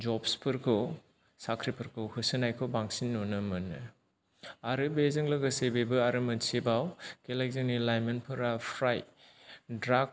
जब्सफोरखौ साख्रिफोरखौ होसोनायखौ बांसिन नुनो मोनो आरो बेजों लोगोसे बेबो आरो मोनसेबाव जोंनि लाइमोनफोरा फ्राय ड्राग